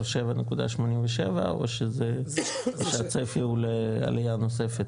7.87 או שזה הצפי הוא לעלייה נוספת?